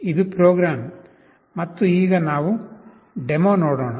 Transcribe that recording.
ಇದು ಪ್ರೋಗ್ರಾಂ ಮತ್ತು ಈಗ ನಾವು ಡೆಮೊ ನೋಡೋಣ